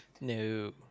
No